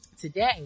today